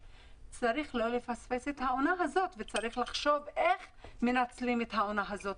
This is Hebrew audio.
צריך לא לפספס את העונה הזאת וצריך לחשוב איך מנצלים את העונה הזאת.